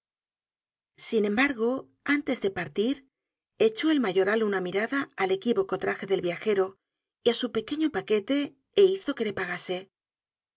sin embargo antes de partir echó el mayoral una mirada al equívoco traje del viajero y á su pequeño paquete é hizo que le pagase